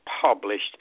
published